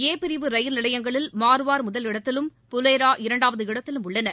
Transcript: ஏ பிரிவு ரயில் நிலையங்களில் மார்வார் முதலிடத்திலும் புவேரா இரண்டாவது இடத்திலும் உள்ளன